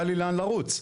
היה לי לאן לרוץ,